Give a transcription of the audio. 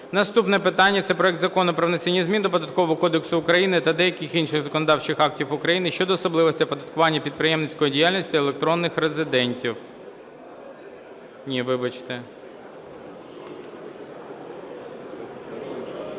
Наступне питання – це проект Закону про внесення змін до Податкового кодексу України та деяких інших законодавчих актів України щодо особливостей оподаткування підприємницької діяльності електронних резидентів. Ні, вибачте.